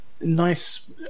Nice